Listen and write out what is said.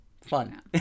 fun